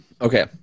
Okay